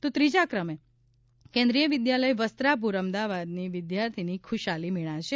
તો ત્રીજા ક્રમે કેન્દ્રિય વિદ્યાલય વસ્ત્રાપુર અમદાવાદની વિદ્યાર્થીની ખુશાલી મીણા છે